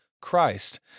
Christ